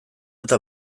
eta